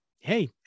hey